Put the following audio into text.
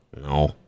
No